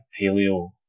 paleo